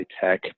tech